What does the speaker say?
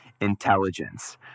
intelligence